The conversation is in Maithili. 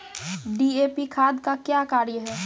डी.ए.पी खाद का क्या कार्य हैं?